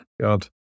God